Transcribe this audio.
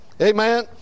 Amen